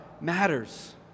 matters